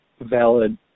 valid